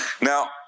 Now